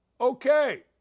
Okay